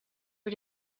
are